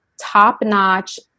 top-notch